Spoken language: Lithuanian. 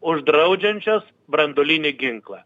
uždraudžiančios branduolinį ginklą